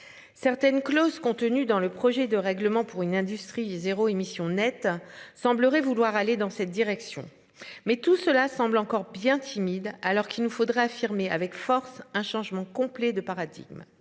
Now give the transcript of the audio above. Certaines clauses contenues dans le projet de règlement pour une industrie zéro émission nette semblerait vouloir aller dans cette direction. Mais tout cela semble encore bien timide, alors qu'il nous faudra affirmer avec force un changement complet de paradigme.